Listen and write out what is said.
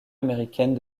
américaine